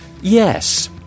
Yes